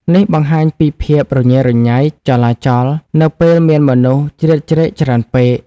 នេះបង្ហាញពីភាពរញ៉េរញ៉ៃ ចលាចល នៅពេលមានមនុស្សជ្រៀតជ្រែកច្រើនពេក។